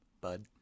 bud